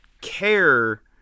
care